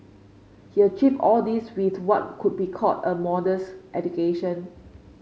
he achieved all this with what could be called a modest education